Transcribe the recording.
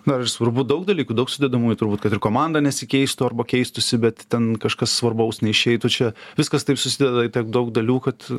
dar ir svarbu daug dalykų daug sudedamųjų turbūt kad ir komanda nesikeistų arba keistųsi bet ten kažkas svarbaus neišeitų čia viskas taip susideda į tiek daug dalių kad